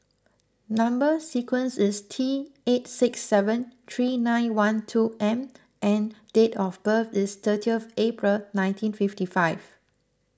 Number Sequence is T eight six seven three nine one two M and date of birth is thirtieth April nineteen fifty five